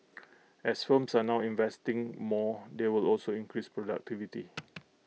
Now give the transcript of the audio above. as firms are now investing more they will also increase productivity